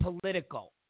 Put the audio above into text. political